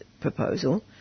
proposal